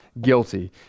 guilty